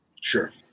Sure